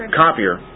copier